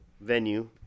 venue